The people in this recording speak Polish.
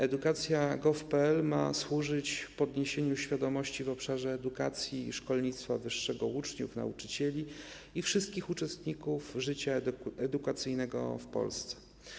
Edukacja.gov.pl ma służyć podniesieniu świadomości w obszarze edukacji i szkolnictwa wyższego uczniów, nauczycieli i wszystkich uczestników życia edukacyjnego w Polsce.